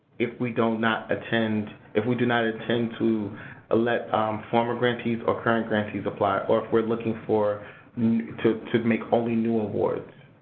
if we do not attend if we do not intend to ah let former grantees, or current grantees apply, or if we're looking for to to make only new awards.